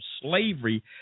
slavery